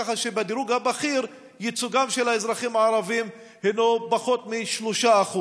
ככה שבדירוג הבכיר ייצוגם של האזרחים הערבים הינו פחות מ-3%.